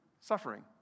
suffering